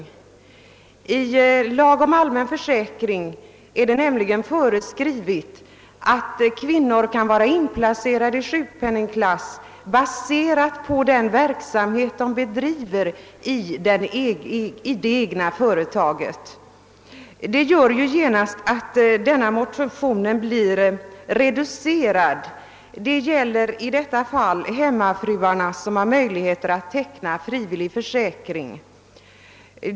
I lag om allmän för säkring är det nämligen föreskrivet, att kvinnor kan vara inplacerade i sjukpenningklass, baserad på den verksamhet de bedriver i det egna företaget. Det gör ju genast att betydelsen av denna motion reduceras till att gälla de hemmafruar som har möjlighet att teckna frivillig försäkring.